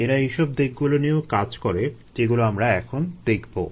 এরা এইসব দিকগুলো নিয়েও কাজ করে যেগুলো আমরা এখন দেখবো